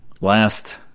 Last